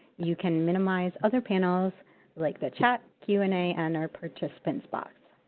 you can minimize other panels like the chat, q and a and or participants box.